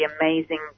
amazing